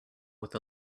with